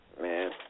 man